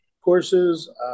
courses